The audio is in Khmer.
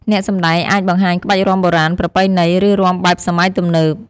អ្នកសម្ដែងអាចបង្ហាញក្បាច់រាំបុរាណ ប្រពៃណី ឬរាំបែបសម័យទំនើប។